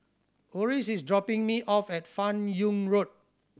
Oris is dropping me off at Fan Yoong Road